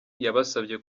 yabasabye